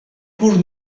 pur